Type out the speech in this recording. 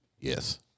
yes